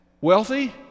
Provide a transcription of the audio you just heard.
wealthy